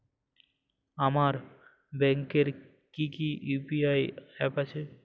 আপনার ব্যাংকের কি কি ইউ.পি.আই অ্যাপ আছে?